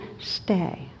stay